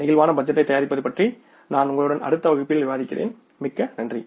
flexible பட்ஜெட்டைத் தயாரிப்பது பற்றி நான் உங்களுடன் அடுத்த வகுப்பில் விவாதிக்கிறேன்மிக்க நன்றி